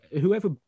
whoever